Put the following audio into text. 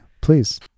please